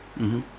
mmhmm